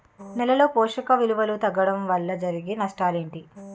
నేలలో పోషక విలువలు తగ్గడం వల్ల జరిగే నష్టాలేంటి?